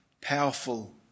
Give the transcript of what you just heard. powerful